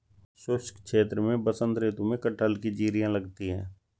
शुष्क क्षेत्र में बसंत ऋतु में कटहल की जिरीयां लगती है